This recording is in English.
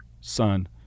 son